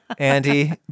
Andy